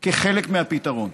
כחלק מהפתרון.